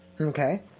Okay